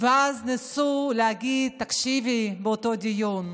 אז ניסו להגיד באותו דיון: